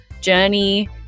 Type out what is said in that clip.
journey